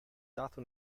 dato